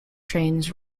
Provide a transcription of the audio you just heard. trains